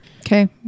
Okay